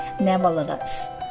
Nevertheless